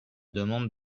demande